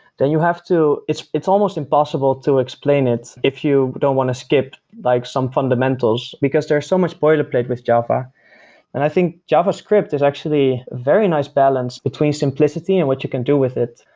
then you have to it's it's almost impossible to explain it if you don't want to skip like some fundamentals, because there's so much boilerplate with java i think javascript is actually very nice balance between simplicity and what you can do with it.